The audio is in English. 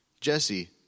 Jesse